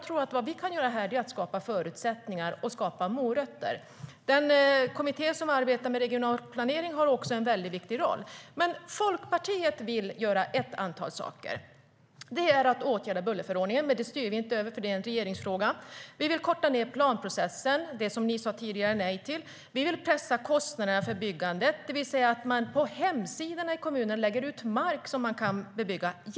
Det vi kan göra är att skapa förutsättningar och morötter. Den kommitté som arbetar med regional planering har en viktig roll. Folkpartiet vill göra ett antal saker. Vi vill åtgärda bullerförordningen, men det styr vi inte över eftersom det är en regeringsfråga. Vi vill korta ned planprocessen, vilket ni tidigare sa nej till. Vi vill pressa kostnaderna för byggandet genom att låta kommunerna på sina hemsidor annonsera, gärna på engelska, ut mark som kan bebyggas.